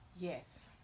Yes